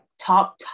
talk